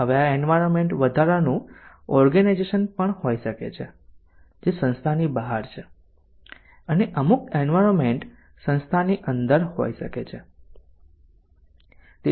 હવે આ એન્વાયરમેન્ટ વધારાનું ઓર્ગેનાઈઝેશન હોઈ શકે છે જે સંસ્થાની બહાર છે અને અમુક એન્વાયરમેન્ટ સંસ્થાની અંદર હોઈ શકે છે